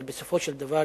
אבל סופו של דבר,